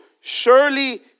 surely